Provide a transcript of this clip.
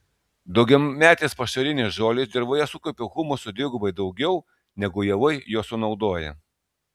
daugiametės pašarinės žolės dirvoje sukaupia humuso dvigubai daugiau negu javai jo sunaudoja